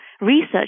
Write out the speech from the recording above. research